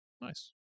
Nice